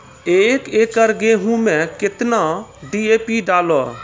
एक एकरऽ गेहूँ मैं कितना डी.ए.पी डालो?